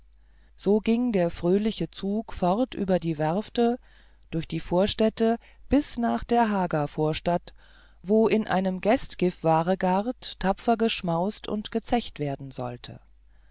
so ging der fröhliche zug fort über die werfte durch die vorstädte bis nach der hagavorstadt wo in einem gästgifvaregard tapfer geschmaust und gezecht werden sollte